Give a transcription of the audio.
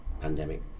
pandemic